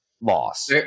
Loss